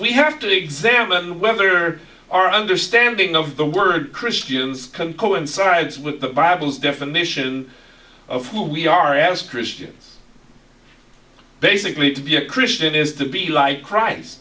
we have to examine whether our understanding of the word christians can coincides with the bible's definition of who we are as christians basically to be a christian is to be like chri